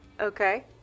okay